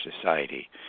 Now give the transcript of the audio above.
society